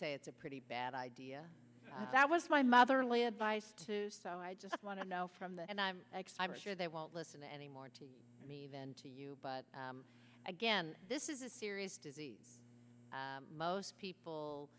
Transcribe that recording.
say it's a pretty bad idea that was my mother lea advice to so i just want to know from the and i'm sure they won't listen any more to me than to you but again this is a serious disease most people